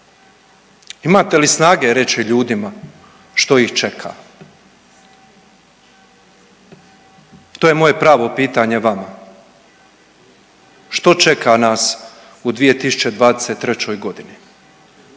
imate li snage reći ljudima što ih čeka? To je moje pravo pitanje vama, što čeka nas u 2023.g.,